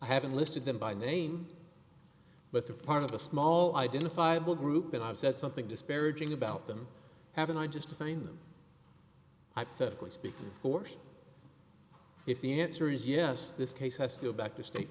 i haven't listed them by name but the part of a small identifiable group that i've said something disparaging about them have been i just find them hypothetically speaking of course if the answer is yes this case has to go back to state